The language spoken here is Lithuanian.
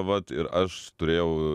vat ir aš turėjau